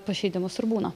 pažeidimus ir būna